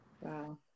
Wow